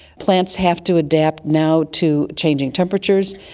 plants have to adapt now to changing temperatures,